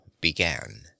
began